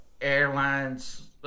airlines